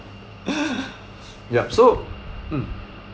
yup so mm